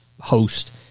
host